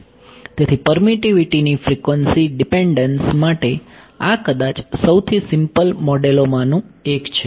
તેથી પરમીટીવીટી ની frequency dependence માટે આ કદાચ સૌથી સિમ્પલ મોડેલોમાંનું એક છે